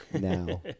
Now